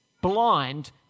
blind